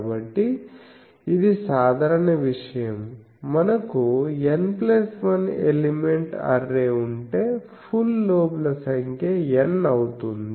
కాబట్టి ఇది సాధారణ విషయం మనకు N1 ఎలిమెంట్ అర్రే ఉంటే ఫుల్ లోబ్ల సంఖ్య N అవుతుంది